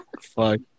Fuck